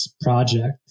project